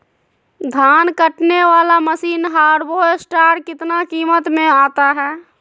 धान कटने बाला मसीन हार्बेस्टार कितना किमत में आता है?